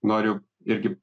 noriu irgi